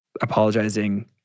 apologizing